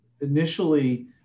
initially